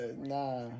Nah